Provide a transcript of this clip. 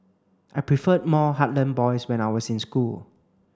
I preferred more heartland boys when I was in school